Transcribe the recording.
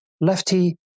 lefty